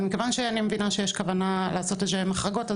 אבל מכיוון שאני מבינה שיש כוונה לעשות איזה שהן החרגות,